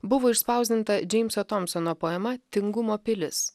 buvo išspausdinta džeimso tomsono poema tingumo pilis